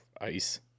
ice